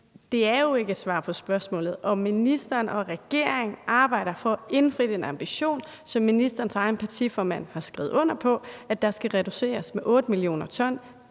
det er jo ikke at svare på spørgsmålet om, om ministeren og regeringen arbejder for at indfri den ambition, som ministerens egen partiformand har skrevet under på, om, at der skal reduceres med 8 mio. t